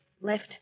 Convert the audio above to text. left